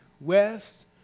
west